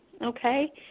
okay